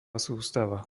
sústava